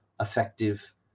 effective